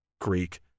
Greek